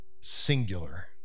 Singular